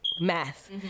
math